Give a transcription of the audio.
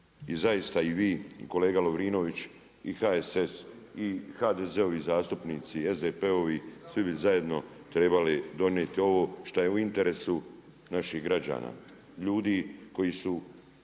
i zaista i kolega Lovrinović i HSS i HDZ-ovi zastupnici, SDP-ovi, svi bi zajedno trebali donijeti ovo šta je u interesu naših građana. Ljudi koji su